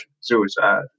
suicide